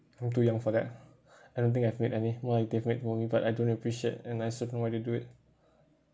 I'm too young for that I don't think I've made any more like they made for me but I don't appreciate and I s~ don't know why they do it